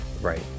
Right